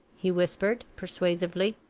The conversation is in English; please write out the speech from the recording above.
he whispered, persuasively.